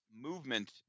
movement